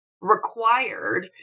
required